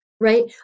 right